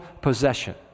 possession